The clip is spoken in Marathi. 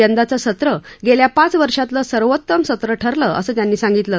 यंदाचं सत्र गेल्या पाच वर्षातलं सर्वोत्तम सत्र ठरलं असं त्यांनी सांगितलं